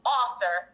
author